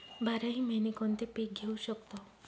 बाराही महिने कोणते पीक घेवू शकतो?